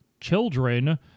children